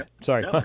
Sorry